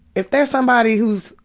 if there's somebody whose,